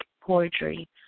poetry